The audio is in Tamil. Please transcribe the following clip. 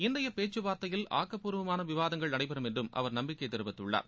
இன்றைய பேச்சுவார்த்தையில் ஆக்கப்பூர்வமான விவாதங்கள் நடைபெறும் என்று அவர் நம்பிக்கை தெரிவித்துள்ளாார்